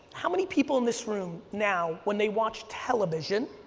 how many people in this room, now, when they watch television,